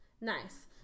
Nice